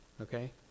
okay